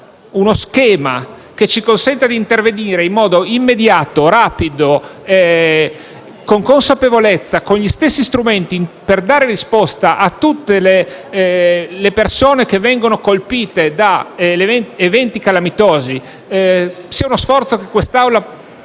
uno schema che ci consenta di intervenire in modo immediato, rapido, consapevole, con gli stessi strumenti, per dare risposta a tutte le persone colpite da eventi calamitosi. Deve farlo in una